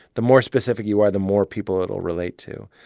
the more specific you are, the more people it will relate to.